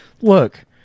Look